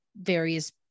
various